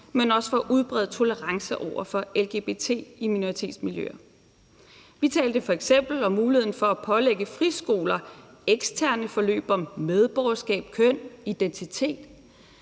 men også for at udbrede tolerance over for lgbt i minoritetsmiljøer. Vi talte f.eks. om muligheden for at pålægge friskoler eksterne forløb om medborgerskab, køn og identitet.